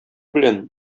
белән